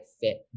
fit